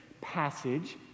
passage